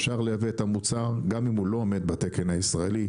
אפשר לייבא את המוצר גם אם הוא לא עומד בתקן הישראלי.